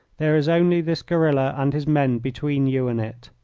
there is only this guerilla and his men between you and it.